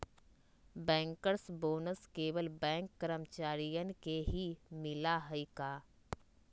Bankers bonus केवल bank कर्मचारियन के ही मिला हई का?